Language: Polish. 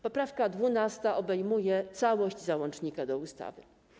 Poprawka 12. obejmuje całość załącznika do ustawy.